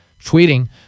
tweeting